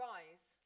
Rise